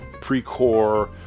pre-core